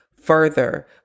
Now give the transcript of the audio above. further